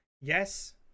Yes